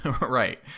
Right